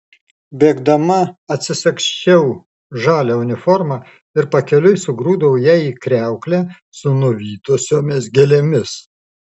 bėgdama atsisagsčiau žalią uniformą ir pakeliui sugrūdau ją į kriauklę su nuvytusiomis gėlėmis